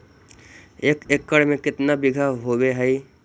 एक एकड़ में केतना बिघा होब हइ?